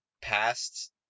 past